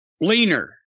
Leaner